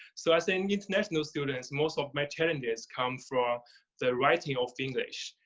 so as an international student, most of my challenges come from the writing of english,